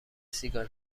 سیگار